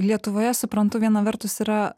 lietuvoje suprantu viena vertus yra